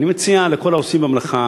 אני מציע לכל העושים במלאכה